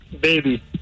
Baby